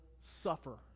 suffer